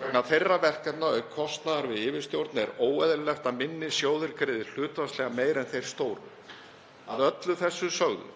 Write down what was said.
Vegna þeirra verkefna, auk kostnaðar við yfirstjórn, er óeðlilegt að minni sjóðirnir greiði hlutfallslega meira en þeir stóru. Að öllu þessu sögðu